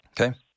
Okay